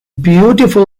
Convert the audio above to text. beautiful